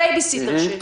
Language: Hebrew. הבייביסיטר שלי,